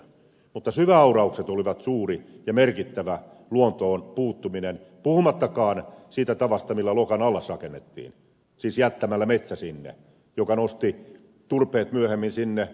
mutta syväauraukset olivat suuri ja merkittävä luontoon puuttuminen puhumattakaan siitä tavasta millä lokan allas rakennettiin siis jättämällä sinne metsä joka nosti turpeet myöhemmin sinne